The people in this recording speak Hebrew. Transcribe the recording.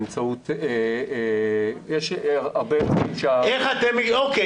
יש הרבה --- אוקיי.